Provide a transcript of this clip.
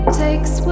takes